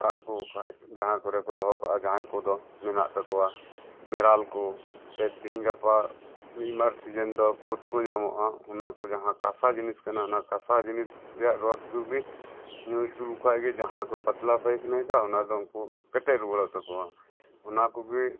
ᱠᱟᱜ ᱠᱚᱡ ᱠᱷᱟᱜ ᱡᱟᱦᱟ ᱠᱚᱨᱮ ᱠᱚ ᱫᱚᱦᱚ ᱠᱟᱜᱼᱟ ᱡᱟᱦᱟᱭ ᱠᱚᱫ ᱢᱮᱱᱟᱜ ᱛᱟᱠᱚᱭᱟ ᱢᱮᱨᱟᱞ ᱠᱚ ᱥᱮ ᱛᱤᱦᱤᱧ ᱜᱟᱯᱟ ᱢᱤᱫ ᱵᱟᱨ ᱥᱤᱡᱮᱱ ᱫᱚ ᱠᱩᱫ ᱠᱚ ᱧᱟᱢᱚᱜᱼᱟ ᱚᱱᱟᱠᱚ ᱡᱟᱦᱟ ᱠᱟᱥᱟ ᱡᱤᱱᱤᱥ ᱠᱟᱱᱟ ᱚᱱᱟ ᱠᱟᱥᱟ ᱡᱤᱱᱤᱥ ᱨᱮᱭᱟᱜ ᱨᱚᱥ ᱠᱚᱜᱤ ᱧᱩ ᱚᱪᱚ ᱞᱮᱠᱚ ᱠᱷᱟᱡ ᱜᱮ ᱡᱟᱦᱟ ᱠᱚ ᱯᱟᱛᱞᱟ ᱯᱟᱭᱠᱷᱟᱱᱟ ᱮᱫᱟ ᱚᱱᱟ ᱫᱚ ᱩᱱᱠᱩ ᱠᱮᱴᱮᱡ ᱨᱩᱭᱟᱹᱲᱚᱜ ᱛᱟᱠᱚᱭᱟ ᱚᱱᱟ ᱠᱩᱜᱮ